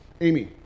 Amy